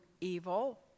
evil